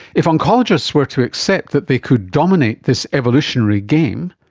if oncologists were to accept that they could dominate this evolutionary game,